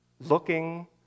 looking